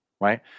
Right